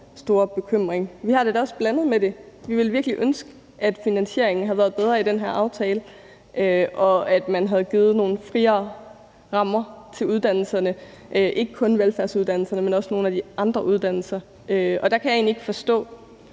store bekymring. Vi har det da også blandet med det. Vi ville virkelig ønske, at finansieringen havde været bedre i den her aftale, og at man havde givet nogle friere rammer til uddannelserne – ikke kun velfærdsuddannelserne, men også nogle af de andre uddannelser. Og der kan jeg egentlig ikke forstå,